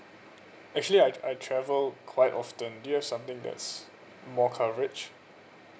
actually I I travel quite often do you have something that's more coverage